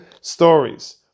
stories